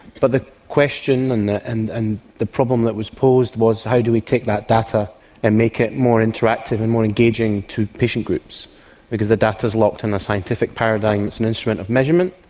but the question and and and the problem that was posed was how do we take that data and make it more interactive and more engaging to patient groups because the data is locked in a scientific paradigm, it's an instrument of measurement,